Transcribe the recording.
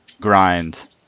grind